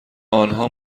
نها